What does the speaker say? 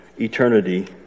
eternity